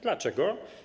Dlaczego?